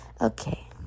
okay